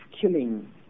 killing